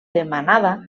demanada